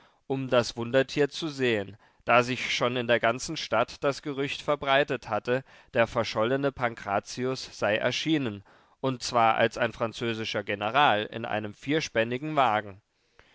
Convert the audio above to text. um das wundertier zu sehen da sich schon in der ganzen stadt das gerücht verbreitet hatte der verschollene pankrazius sei erschienen und zwar als ein französischer general in einem vierspännigen wagen